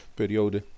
periode